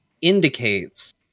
indicates